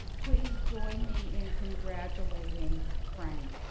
please join me in congratulating frank.